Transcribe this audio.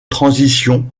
transition